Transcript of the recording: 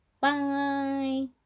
Bye